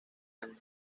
años